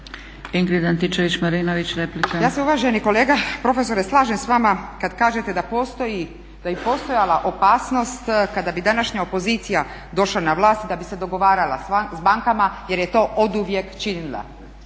**Antičević Marinović, Ingrid (SDP)** Ja se uvaženi kolega profesore slažem s vama kada kažete da je postojala opasnost kada bi današnja opozicija došla na vlast i da bi se dogovarala s bankama jer je to oduvijek činila